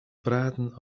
praten